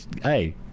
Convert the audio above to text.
Hey